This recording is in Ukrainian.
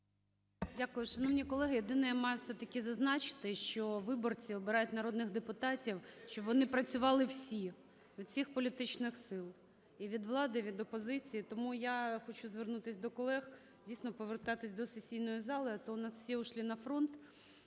Дякую. Шановні колеги, єдине, я маю все-таки зазначити, що виборці обирають народних депутатів, щоб вони працювали всі, від усіх політичних сил: і від влади, і від опозиції. Тому я хочу звернутися до колег, дійсно, повертатися до сесійної зали, а то у нас всі ушли на фронт